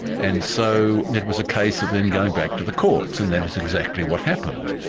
and so it was a case of then going back to the courts and that is exactly what happened.